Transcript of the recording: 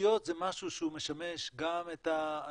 תשתיות זה משהו שהוא משמש גם את האנשים